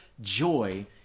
joy